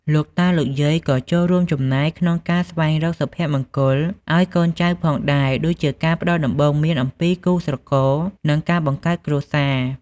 លោកតា លោកយាយក៏ចូលរួមចំណែកក្នុងការស្វែងរកសុភមង្គលឱ្យកូនចៅផងដែរ ដូចជាការផ្ដល់ដំបូន្មានអំពីគូស្រករ និងការបង្កើតគ្រួសារ។